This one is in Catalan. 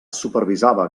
supervisava